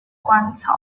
鹅观草